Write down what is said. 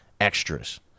extras